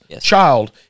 child